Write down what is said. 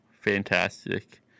fantastic